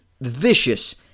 vicious